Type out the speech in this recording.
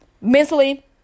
mentally